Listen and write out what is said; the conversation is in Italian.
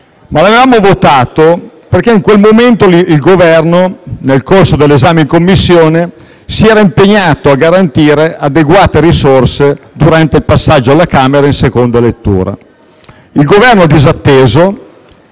ma lo abbiamo fatto perché in quel momento il Governo, nel corso dell'esame in Commissione, si era impegnato a garantire adeguate risorse nel passaggio del provvedimento alla Camera in seconda lettura. Il Governo ha disatteso